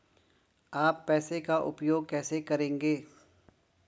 आप पैसे का उपयोग कैसे करेंगे?